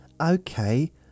Okay